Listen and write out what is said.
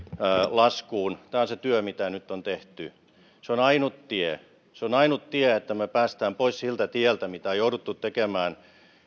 laskuun tämä on se työ mitä nyt on tehty se on ainut tie se on ainut tie että me pääsemme pois siltä tieltä mitä on jouduttu tekemään